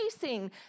chasing